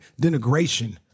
denigration